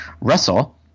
Russell